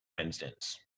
instance